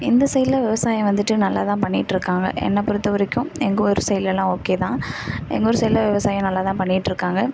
இந்த சைட்டில் விவசாயம் வந்துட்டு நல்லா தான் பண்ணிட்டுருக்காங்க என்ன பொறுத்த வரைக்கும் எங்கள் ஊர் சைட்லேலாம் ஓகே தான் எங்கள் ஊர் சைட்டில் விவசாயம் நல்லா தான் பண்ணிட்டுருக்காங்க